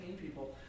people